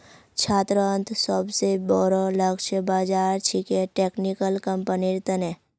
छात्रोंत सोबसे बोरो लक्ष्य बाज़ार छिके टेक्निकल कंपनिर तने